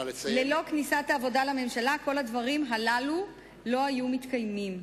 ללא כניסת העבודה לממשלה כל הדברים הללו לא היו מתקיימים.